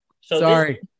Sorry